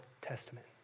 Testament